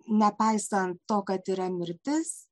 nepaisant to kad yra mirtis